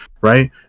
Right